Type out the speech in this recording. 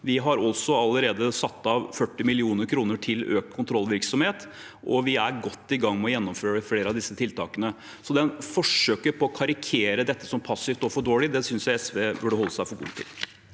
Vi har også allerede satt av 40 mill. kr til økt kontrollvirksomhet, og vi er godt i gang med å gjennomføre flere av disse tiltakene. Forsøket på å karakterisere dette som passivt og for dårlig synes jeg SV burde holde seg for gode til.